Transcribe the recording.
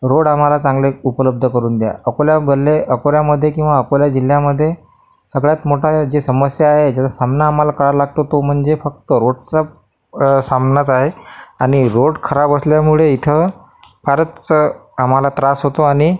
road आम्हाला चांगले उपलब्ध करून द्या अकोल्याबल्ले अकोल्यामध्ये किंवा अकोल्या जिल्ह्यामध्ये सगळ्यात मोठा जे समस्या आहे ज्याचा सामना आम्हाला करावा लागतो तो म्हणजे फक्त रोडचा सामनाच आहे आणि रोड खराब असल्यामुळे इथं फारच आम्हाला त्रास होतो आणि